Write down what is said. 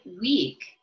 week